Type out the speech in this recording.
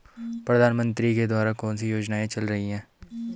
प्रधानमंत्री के द्वारा कौनसी योजनाएँ चल रही हैं?